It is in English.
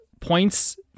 points